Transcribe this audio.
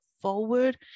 forward